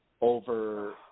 over